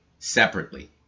separately